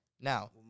Now